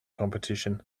competition